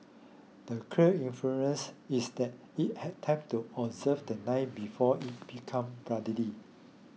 the clear inference is that it had time to observe the knife before it became bloody